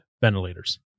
ventilators